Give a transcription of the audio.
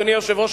אדוני היושב-ראש,